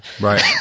Right